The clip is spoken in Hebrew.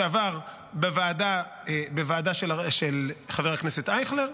שעבר בוועדה של חבר הכנסת אייכלר,